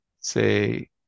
say